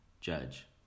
judge